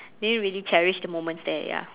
didn't really cherish the moments there ya